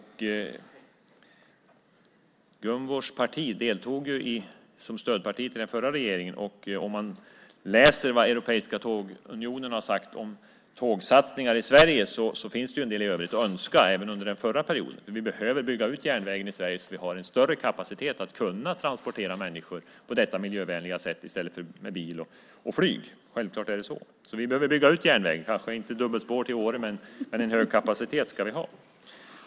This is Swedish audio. Gunvors parti deltog som stödparti till den förra regeringen. Om man läser vad Europeiska tågunionen har sagt om tågsatsningar i Sverige finns det en del i övrigt att önska, och det fanns det även under den förra perioden. Vi behöver bygga ut järnvägen i Sverige så att vi har en större kapacitet att transportera människor på det miljövänliga sättet i stället för med bil och flyg. Vi behöver bygga ut järnvägen, kanske inte med dubbelspår till Åre men en hög kapacitet ska vi ha.